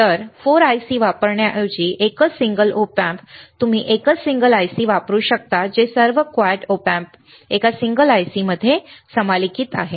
तर 4 IC वापरण्याऐवजी एकच सिंगल ऑप अँप तुम्ही एकच सिंगल IC वापरू शकता जे सर्व क्वाड ऑप एम्प्स एका सिंगल IC मध्ये समाकलित आहेत